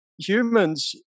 humans